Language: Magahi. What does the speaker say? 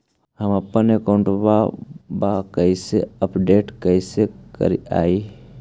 हमपन अकाउंट वा के अपडेट कैसै करिअई?